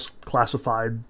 classified